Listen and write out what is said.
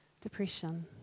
depression